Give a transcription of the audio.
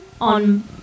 on